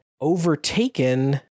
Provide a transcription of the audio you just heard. overtaken